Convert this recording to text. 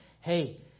Hey